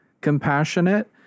compassionate